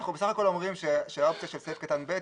אנחנו בסך הכול אומרים שהאופציה של סעיף קטן (ב),